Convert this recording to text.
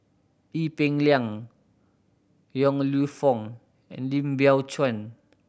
Ee Peng Liang Yong Lew Foong and Lim Biow Chuan